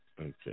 Okay